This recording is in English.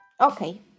Okay